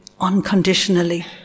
unconditionally